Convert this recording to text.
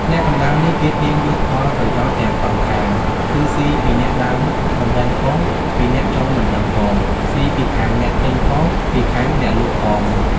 អ្នកកណ្ដាលនេះ គេទាញយកផលប្រយោជន៍ទាំងសងខាង គឺស៊ីពីអ្នកដើមបណ្ដឹងផង ពីអ្នកចុងបណ្ដឹងផង ស៊ីពីខាងអ្នកទិញផង ពីខាងអ្នកលក់ផង ។